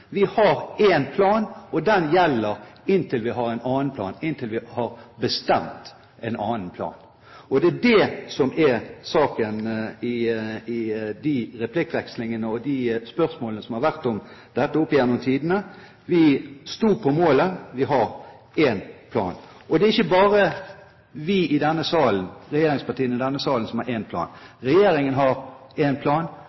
Vi har én plan, og den gjelder inntil vi har en annen plan – inntil vi har bestemt en annen plan. Det er det som er saken i de replikkvekslingene og i de spørsmålene som har vært om dette opp gjennom tidene. Vi sto på målet, Vi har én plan. Det er ikke bare regjeringspartiene i denne salen som har en plan. Regjeringen har en plan